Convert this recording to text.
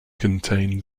contain